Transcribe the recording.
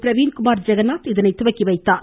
பிரவீன்குமார் ஜெகநாத் இதனை துவக்கி வைத்தார்